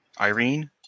Irene